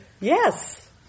yes